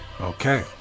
okay